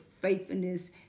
faithfulness